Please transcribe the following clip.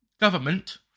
government